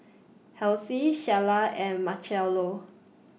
Halsey Shayla and Marchello